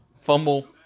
Fumble